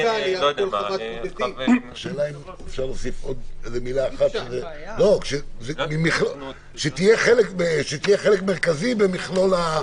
השאלה אם אפשר להוסיף מילה אחת שתהיה חלק מרכזי במכלול?